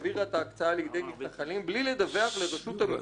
ההקצאה לידי מתנחלים בלי לדווח לרשות המסים,